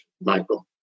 Michael